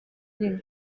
rimwe